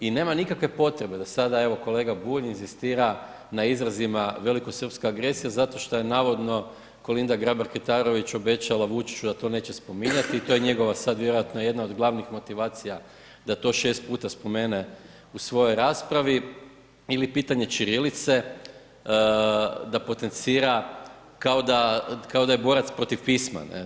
I nema nikakve potrebe da sada evo kolega Bulj inzistira na izrazima velikosrspska agresija zato što je navodno Kolinda Grabar-Kitarović obećala Vučiću da to neće spominjati i to je njegova sada vjerojatno jedna od glavnih motivacija da to 6 puta spomene u svojoj raspravi ili pitanje ćirilice da potencira kao da je borac protiv pisma.